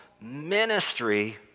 ministry